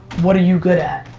what are you good at?